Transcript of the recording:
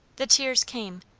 the tears came,